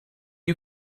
you